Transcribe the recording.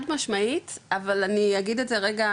חד-משמעית, אבל אני אגיד את זה רגע